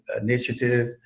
initiative